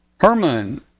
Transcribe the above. Herman